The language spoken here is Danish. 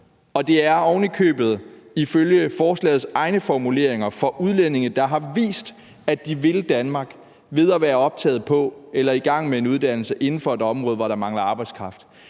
det er oven i købet – ifølge forslagets egne formuleringer – for udlændinge, der har vist, at de vil Danmark ved at være optaget på eller være i gang med en uddannelse inden for et område, hvor der mangler arbejdskraft.